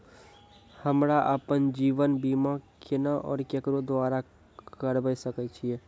हमरा आपन जीवन बीमा केना और केकरो द्वारा करबै सकै छिये?